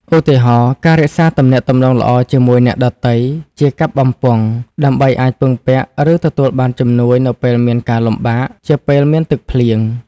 ឧទាហរណ៍ ការរក្សាទំនាក់ទំនងល្អជាមួយអ្នកដទៃ (ជាកាប់បំពង់) ដើម្បីអាចពឹងពាក់ ឬទទួលបានជំនួយនៅពេលមានការលំបាក (ជាពេលមានទឹកភ្លៀង)។